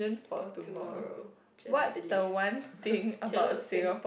for tomorrow just believe cannot sing